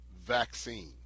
vaccine